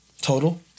total